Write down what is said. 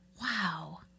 Wow